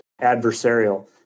adversarial